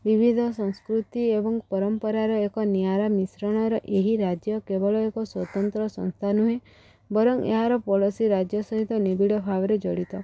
ବିିବିଧ ସଂସ୍କୃତି ଏବଂ ପରମ୍ପରାର ଏକ ନିଆରା ମିଶ୍ରଣର ଏହି ରାଜ୍ୟ କେବଳ ଏକ ସ୍ୱତନ୍ତ୍ର ସଂସ୍ଥା ନୁହେଁ ବରଂ ଏହାର ପଡ଼ୋଶୀ ରାଜ୍ୟ ସହିତ ନିବିଡ଼ ଭାବରେ ଜଡ଼ିତ